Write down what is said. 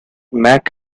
mack